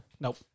Nope